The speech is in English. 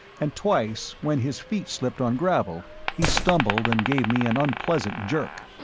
and twice when his feet slipped on gravel he stumbled and gave me an unpleasant jerk.